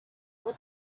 what